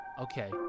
okay